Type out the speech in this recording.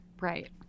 right